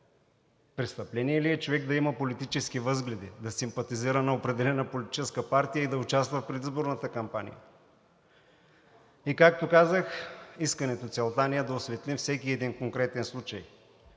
престъпление ли е човек да има политически възгледи, да симпатизира на определена политическа партия и да участва в предизборната кампания? Както казах, искането и целта ни са да осветлим всеки конкретен случай